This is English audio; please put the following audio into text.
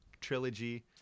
trilogy